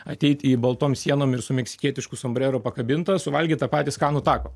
ateit į baltom sienom ir su meksikietišku sombreru pakabintą suvalgyt tą patį skanų tako